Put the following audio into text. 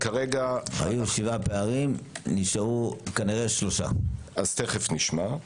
היו 7 פערים, נשארו כנראה 3. תכף נשמע.